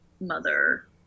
mother